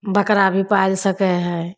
बकरा भी पालि सकै हइ